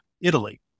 Italy